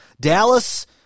Dallas